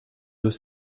deux